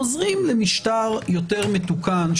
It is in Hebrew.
חוזרים למשטר יותר מתוקן,